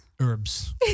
Herbs